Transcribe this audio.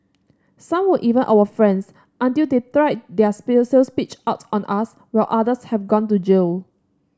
some were even our friends until they tried their sales pitch out on us while others have gone to jail